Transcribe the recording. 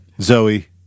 Zoe